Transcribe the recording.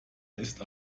ist